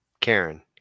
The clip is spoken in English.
Karen